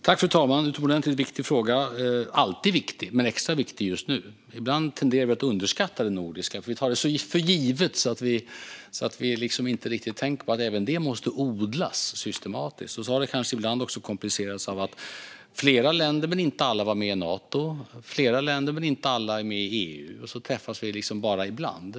Fru talman! Detta är en utomordentligt viktig fråga. Den är alltid viktig men extra viktig just nu. Ibland tenderar vi att underskatta det nordiska. Vi tar det så för givet att vi inte riktigt tänker på att även det måste odlas systematisk. Ibland kanske det också har komplicerats av att flera länder, men inte alla, är med i Nato och att flera länder, men inte alla, är med i EU, och så träffas vi bara ibland.